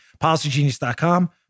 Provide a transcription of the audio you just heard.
Policygenius.com